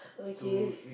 okay